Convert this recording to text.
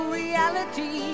reality